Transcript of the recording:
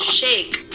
shake